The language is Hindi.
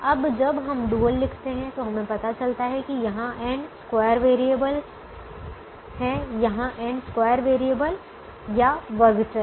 अब जब हम डुअल लिखते हैं तो हमें पता चलता है कि यहाँ n स्क्वायर वेरिएबल square variableवर्ग चर हैं यहाँ n स्क्वायर वेरिएबल वर्ग चर हैं